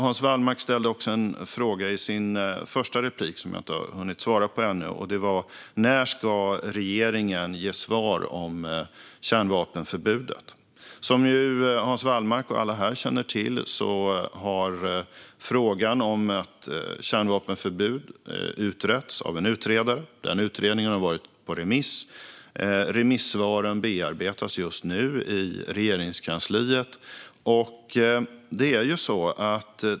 Hans Wallmark ställde också en fråga i sin första replik som jag inte hunnit svara på ännu. Det var när regeringen ska ge svar om kärnvapenförbudet. Som Hans Wallmark och alla här känner till har frågan om ett kärnvapenförbud utretts av en utredare. Utredningen har varit på remiss, och remissvaren bearbetas just nu i Regeringskansliet.